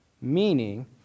meaning